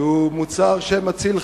שהוא מוצר שמציל חיים,